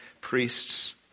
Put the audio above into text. priests